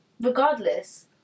regardless